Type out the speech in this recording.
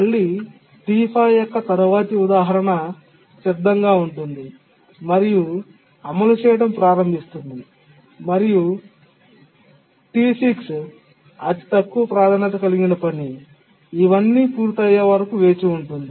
మళ్ళీ T5 యొక్క తరువాతి ఉదాహరణ సిద్ధంగా ఉంటుంది మరియు అమలు చేయడం ప్రారంభిస్తుంది మరియు T6 అతి తక్కువ ప్రాధాన్యత కలిగిన పని ఇవన్నీ పూర్తయ్యేవరకూ వేచి ఉంటుంది